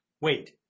wait